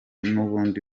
n’ubundi